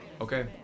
Okay